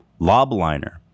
Lobliner